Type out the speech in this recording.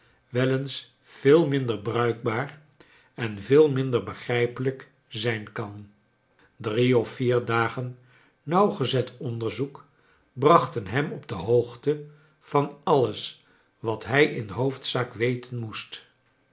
eens veel minder bruikbaar en veel minder begrijpelijk zijn kan dxie of vier dagen nauwgezet onderzoek brachten hem op de hoogte van alles wat hij in hoofdzaak weten moest